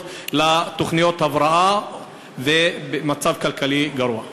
לתוכניות ההבראה ולמצב כלכלי גרוע.